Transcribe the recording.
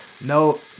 No